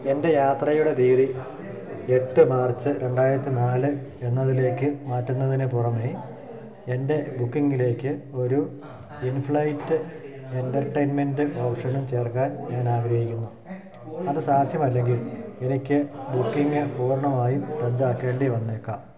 എൻ്റെ യാത്രയുടെ തീയതി എട്ട് മാർച്ച് രണ്ടായിരത്തി നാല് എന്നതിലേക്കു മാറ്റുന്നതിനു പുറമെ എൻ്റെ ബുക്കിംഗിലേക്ക് ഒരു ഇൻഫ്ലൈറ്റ് എൻ്റർടെയ്ൻമെൻ്റ് ഓപ്ഷനും ചേർക്കാൻ ഞാനാഗ്രഹിക്കുന്നു അതു സാധ്യമല്ലെങ്കിൽ എനിക്ക് ബുക്കിംഗ് പൂർണ്ണമായും റദ്ദാക്കേണ്ടിവന്നേക്കാം